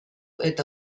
eta